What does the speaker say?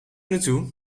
naartoe